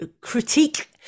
Critique